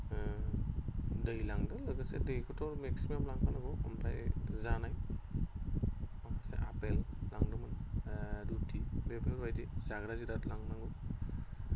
दै लांदों लोगोसे दैखौथ' माने मेक्सिमाम लाखानांगौ ओमफ्राय जानाय आपेल लांदोंमोन रुति बेफोरबायदि जाग्रा जिराद लांनांगौ